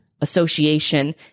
association